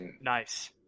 Nice